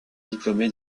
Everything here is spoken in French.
diplômé